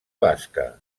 basca